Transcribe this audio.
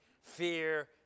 fear